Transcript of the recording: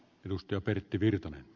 edustaja hyvä lakiesitys